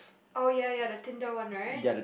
oh ya ya the Tinder one right